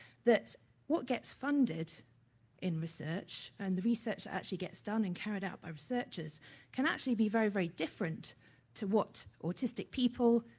that what gets funded in research, and the research actually gets done and carried out by researchers can actually be very, very different to what autistic people,